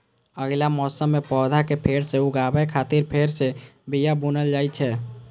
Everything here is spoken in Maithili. अगिला मौसम मे पौधा कें फेर सं उगाबै खातिर फेर सं बिया बुनल जाइ छै